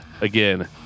Again